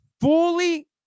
fully